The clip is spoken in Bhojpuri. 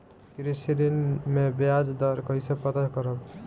कृषि ऋण में बयाज दर कइसे पता करब?